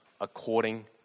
according